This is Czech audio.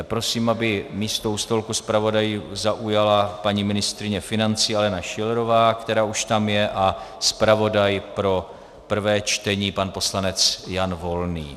Prosím, aby místo u stolku zpravodajů zaujala paní ministryně financí Alena Schillerová, která už tam je, a zpravodaj pro prvé čtení pan poslanec Jan Volný.